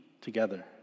together